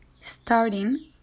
Starting